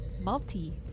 Multi